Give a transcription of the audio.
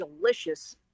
delicious